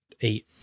eight